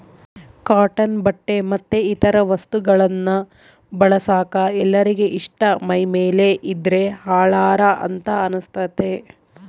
cotton ಬಟ್ಟೆ ಮತ್ತೆ ಇತರ ವಸ್ತುಗಳನ್ನ ಬಳಸಕ ಎಲ್ಲರಿಗೆ ಇಷ್ಟ ಮೈಮೇಲೆ ಇದ್ದ್ರೆ ಹಳಾರ ಅಂತ ಅನಸ್ತತೆ